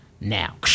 now